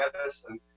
medicine